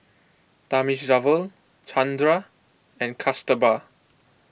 Thamizhavel Chandra and Kasturba